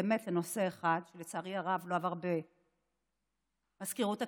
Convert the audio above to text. באמת לנושא אחד שלצערי הרב לא עבר במזכירות הכנסת,